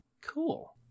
cool